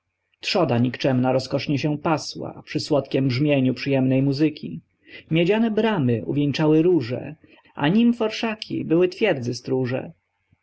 okrzyki trzoda nikczemna roskosznie się pasła przy słodkiem brzmieniu przyjemnej muzyki miedziane bramy uwieńczały róże a nimf orszaki były twierdzy stróże